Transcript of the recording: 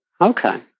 Okay